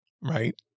right